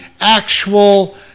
actual